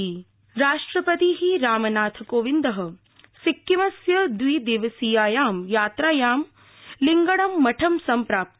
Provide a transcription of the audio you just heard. राष्ट्रपति राष्ट्रपति रामनाथकोविंद सिक्किमस्य द्वि दिवसीयायां यात्रायाम् लिंगडम् मठं सम्प्राप्त